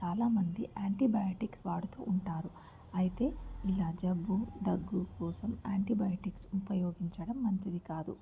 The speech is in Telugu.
చాలామంది యాంటీబయోటిక్స్ వాడుతూ ఉంటారు అయితే ఇలా జబ్బు దగ్గు కోసం యాంటీబయోటిక్స్ ఉపయోగించడం మంచిది కాదు